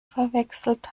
verwechselt